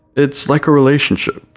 it's like a relationship,